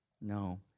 no